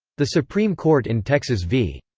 the supreme court in texas v.